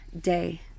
day